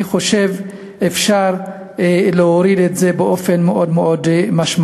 אני חושב שאפשר להוריד את המספר הזה באופן מאוד מאוד משמעותי.